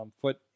foot